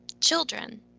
children